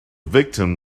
victim